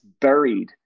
buried